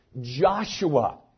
Joshua